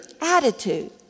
attitude